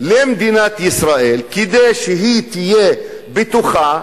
למדינת ישראל כדי שהיא תהיה בטוחה,